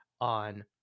on